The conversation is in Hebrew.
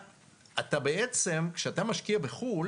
בעצם כשאתה משקיע בחו"ל,